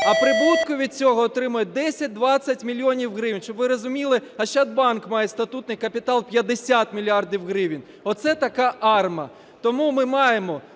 а прибутку від цього отримує 10-20 мільйонів гривень. Щоб ви розуміли, Ощадбанк має статутний капітал 50 мільярдів гривень. Оце така АРМА. Тому ми маємо